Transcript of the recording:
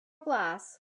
glass